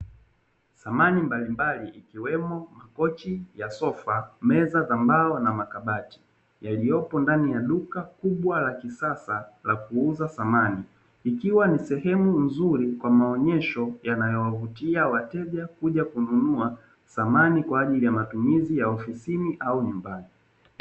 Samani mbalimbali, ikiwemo: makochi ya sofa, meza za mbao na makabati yaliyopo ndani ya duka kubwa la kisasa la kuuza samani, ikiwa ni sehemu nzuri kwa maonyesho yanayowavutia wateja kuja kununua samani kwa ajili ya matumizi ya ofisini au nyumbani.